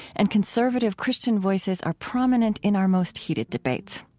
and conservative christian voices are prominent in our most heated debates.